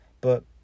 but